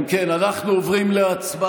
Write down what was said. אם כן, אנחנו עוברים להצבעה.